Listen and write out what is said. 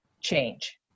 change